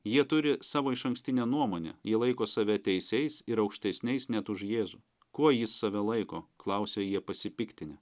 jie turi savo išankstinę nuomonę jie laiko save teisiais ir aukštesniais net už jėzų kuo jis save laiko klausė jie pasipiktinę